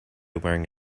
wearing